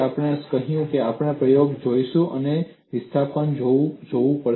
પછી આપણે કહ્યું કે આપણે પ્રયોગો જોઈશું અને વિસ્થાપન કેવું છે તે જોઈશું